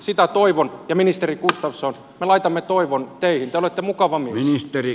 sitä toivon ja ministeri gustafsson me laitamme toivon teihin te olette mukava mies